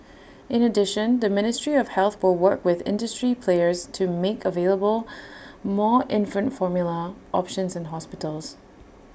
in addition the ministry of health will work with industry players to make available more infant formula options in hospitals